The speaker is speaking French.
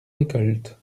récoltes